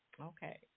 Okay